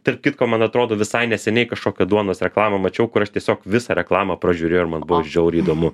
tarp kitko man atrodo visai neseniai kažkokią duonos reklamą mačiau kur aš tiesiog visą reklamą pražiūrėjau ir man buvo žiauriai įdomu